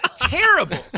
terrible